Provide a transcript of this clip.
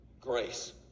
grace